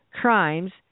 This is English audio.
crimes